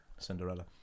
Cinderella